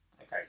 Okay